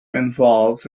involved